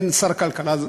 אין שר כלכלה,